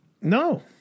No